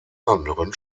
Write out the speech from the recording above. anderen